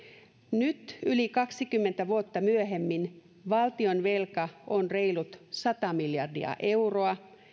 nyt yli kaksikymmentä vuotta myöhemmin valtionvelka on reilut sata miljardia euroa